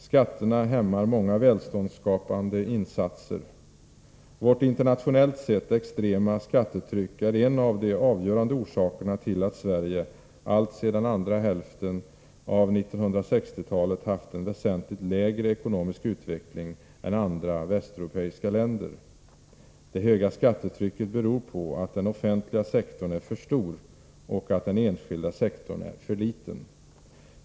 Skatterna hämmar många välståndsskapande insatser. Vårt internationellt sett extrema skattetryck är en av de avgörande orsakerna till att Sverige alltsedan andra hälften av 1960-talet haft en väsentligt sämre ekonomisk utveckling än andra västeuropeiska länder. Det höga skattetrycket beror på att den offentliga sektorn är för stor och att den enskilda sektorn är för liten.